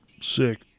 sick